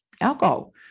alcohol